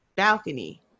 balcony